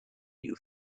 new